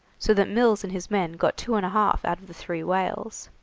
so that mills and his men got two and a half out of the three whales.